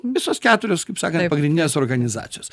visos keturios kaip sakant pagrindinės organizacijos